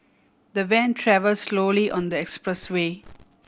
the van travel slowly on the expressway